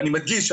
ואני מדגיש,